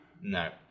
No